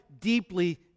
deeply